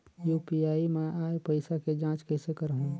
UPI मा आय पइसा के जांच कइसे करहूं?